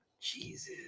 Jesus